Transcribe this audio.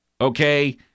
okay